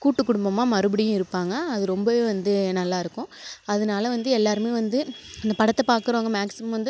கூட்டு குடும்பமா மறுபடியும் இருப்பாங்க அது ரொம்பவே வந்து நல்லா இருக்கும் அதுனால வந்து எல்லாருமே வந்து அந்த படத்தை பார்க்கறவுங்க மேக்ஸிமம் வந்து